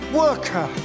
worker